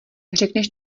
řekneš